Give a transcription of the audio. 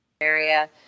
area